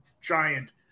giant